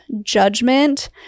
judgment